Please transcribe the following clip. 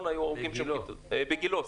בגילה.